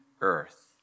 earth